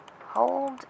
Hold